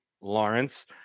Lawrence